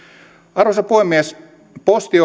arvoisa puhemies posti